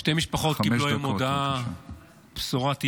שתי משפחות קיבלו היום הודעה, בשורת איוב,